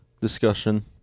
discussion